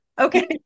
Okay